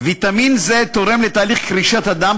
ויטמין זה תורם לתהליך קרישת הדם,